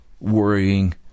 worrying